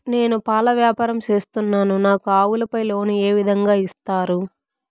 నేను పాల వ్యాపారం సేస్తున్నాను, నాకు ఆవులపై లోను ఏ విధంగా ఇస్తారు